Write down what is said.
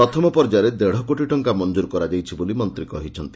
ପ୍ରଥମ ପର୍ଯ୍ୟାୟରେ ଦେଢ଼କୋଟି ଟଙ୍ଙା ମଞ୍ଚୁର କରାଯାଇଛି ବୋଲି ମନ୍ତୀ କହିଛନ୍ତି